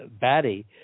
batty